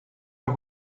una